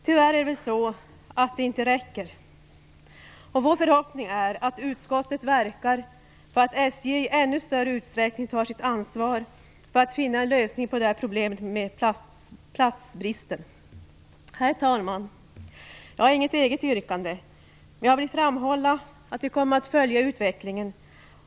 Tyvärr räcker det inte. Vår förhoppning är att utskottet verkar för att SJ i ännu större utsträckning tar sitt ansvar för att finna en lösning på problemet med platsbristen. Herr talman! Jag har inget eget yrkande. Men jag vill framhålla att vi kommer att följa utvecklingen.